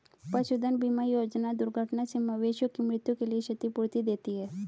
पशुधन बीमा योजना दुर्घटना से मवेशियों की मृत्यु के लिए क्षतिपूर्ति देती है